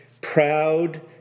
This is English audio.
proud